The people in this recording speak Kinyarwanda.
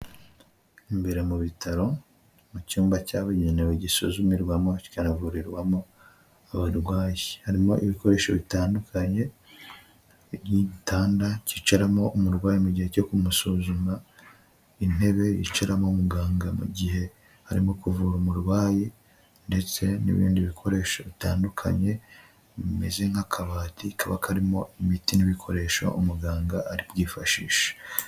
Imbere mu bitaro, mu cyumba cyabugenewe gisuzumirwamo kikanavurirwamo abarwayi, harimo ibikoresho bitandukanye nk'igitanda kicaramo umurwayi mu gihe cyo kumusuzuma, intebe yicaramo muganga mu gihe arimo kuvura umurwayi ndetse n'ibindi bikoresho bitandukanye bimeze nk'akabati kaba karimo imiti n'ibikoresho umuganga arabyifashisha.